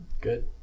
Good